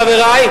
חברי?